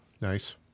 Nice